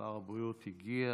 שר הבריאות הגיע.